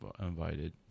invited